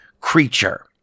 creature